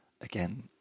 again